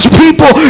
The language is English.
people